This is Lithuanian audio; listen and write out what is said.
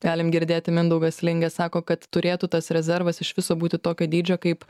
galim girdėti mindaugas lingė sako kad turėtų tas rezervas iš viso būti tokio dydžio kaip